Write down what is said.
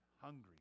hungry